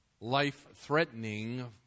life-threatening